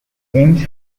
ames